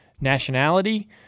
nationality